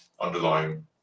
underlying